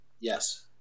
Yes